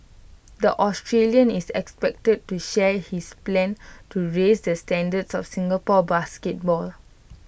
the Australian is expected to share his plans to raise the standards of Singapore basketball